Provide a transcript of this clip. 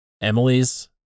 Emily's